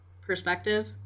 perspective